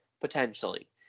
potentially